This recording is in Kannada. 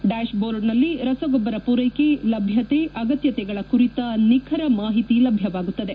ಡ್ಕಾಶ್ ಬೋರ್ಡ್ನಲ್ಲಿ ರಸಗೊಬ್ಬರ ಪೂರೈಕೆ ಲಭ್ಯತೆ ಅಗತ್ಯತೆಗಳ ಕುರಿತ ನಿಖರ ಮಾಹಿತಿ ಲಭ್ಯವಾಗುತ್ತದೆ